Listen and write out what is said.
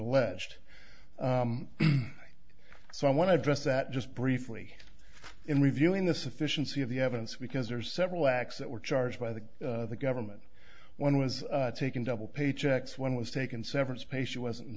alleged so i want to address that just briefly in reviewing the sufficiency of the evidence because there are several acts that were charged by the government one was taking double paychecks one was taken severance pay she wasn't